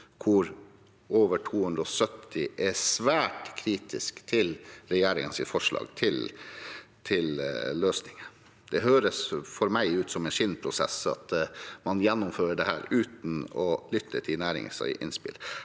hvor over 270 er svært kritisk til regjeringens forslag til løsning. Det høres for meg ut som en skinnprosess når man gjennomfører dette uten å lytte til næringens innspill.